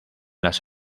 las